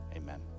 Amen